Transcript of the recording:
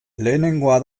lehenengoa